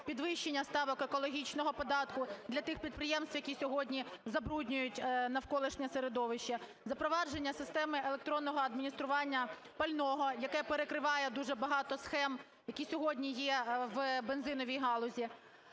підвищення ставок екологічного податку для тих підприємств, які сьогодні забруднюють навколишнє середовище, запровадження системи електронного адміністрування пального, яке перекриває дуже багато схем, які сьогодні є в бензиновій галузі.